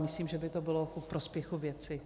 Myslím, že by to bylo ku prospěchu věci.